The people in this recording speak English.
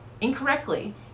incorrectly